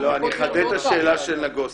אני -- אני אחדד את השאלה של נגוסה.